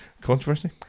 Controversy